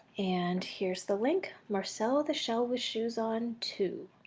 and here's the link. marcel the shell with shoes on two.